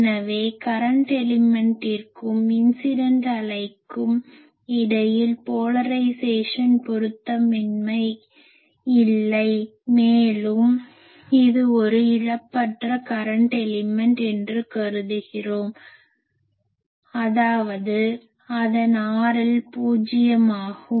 எனவே கரன்ட் எலிமென்ட்டிற்கும் இன்சிடன்ட் அலைக்கும் இடையில் போலரைஸேசன் பொருநத்தமின்மை இல்லை மேலும் இது ஒரு இழப்பற்ற கரன்ட் எலிமென்ட் என்று கருதுகிறோம் அதாவது அதன் RL பூஜ்ஜியமாகும்